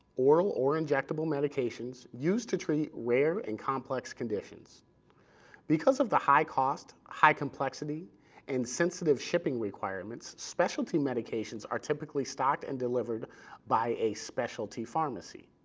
oral or injectable medications used to treat rare and complex conditions because of the high cost, high complexity and sensitive shipping requirements, specialty medications are typically stocked and delivered by a specialty pharmacy.